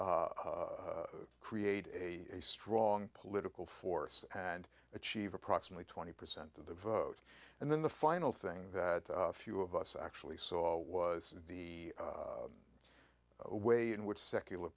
create a strong political force and achieve approximately twenty percent of the vote and then the final thing that few of us actually saw was the way in which secular